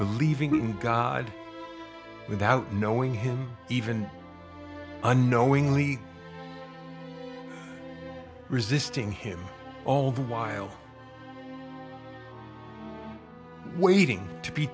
believing in god without knowing him even unknowingly resisting him all the while waiting to be